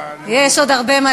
אני אמשיך, יש עוד הרבה מה